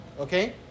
Okay